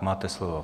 Máte slovo.